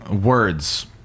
words